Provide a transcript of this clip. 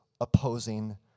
opposing